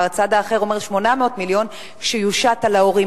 הצד האחר אומר 800 מיליון שיושת על ההורים.